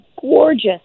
gorgeous